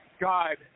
God